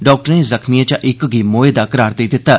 डाक्टरें जख्मिएं चा इक गी मोए दा करार देई दित्ता